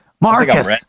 Marcus